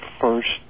first